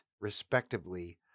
respectively